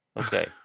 Okay